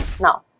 Now